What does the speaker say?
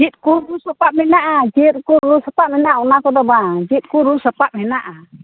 ᱪᱮᱫᱠᱚ ᱨᱩ ᱥᱟᱯᱟᱵ ᱢᱮᱱᱟᱜᱼᱟ ᱪᱮᱫᱠᱚ ᱨᱩ ᱥᱟᱯᱟᱯ ᱢᱮᱱᱟᱜᱼᱟ ᱩᱱᱟᱠᱚᱫᱚ ᱵᱟᱝ ᱪᱮᱫᱠᱚ ᱨᱩ ᱥᱟᱯᱟᱵ ᱦᱮᱱᱟᱜᱼᱟ